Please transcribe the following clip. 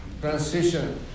Transition